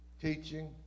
teaching